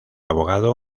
abogado